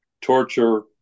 torture